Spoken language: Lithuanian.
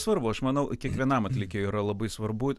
svarbu aš manau kiekvienam atlikėjui yra labai svarbu